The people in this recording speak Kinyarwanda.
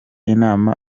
inama